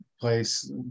place